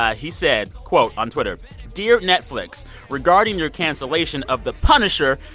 ah he said, quote on twitter dear netflix, regarding your cancellation of the punisher,